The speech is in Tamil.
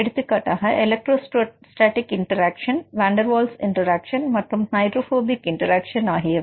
எடுத்துக்காட்டாக எலெக்ட்ரோஸ்டாடிக் இன்டராக்சன் வாண்டர்வால்ஸ் இன்டராக்சன் மற்றும் ஹைடிராப்ஹோபிக் இன்டராக்சன் ஆகியவை